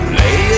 lay